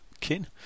kin